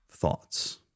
Thoughts